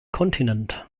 kontinent